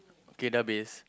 okay dah habis